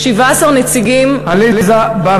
עליזה, את מפריעה לעליזה.